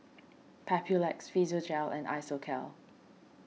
Papulex Physiogel and Isocal